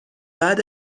بعد